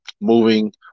moving